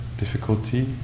difficulty